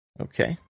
okay